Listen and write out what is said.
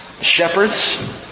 shepherds